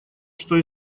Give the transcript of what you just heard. что